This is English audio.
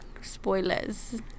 Spoilers